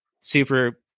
super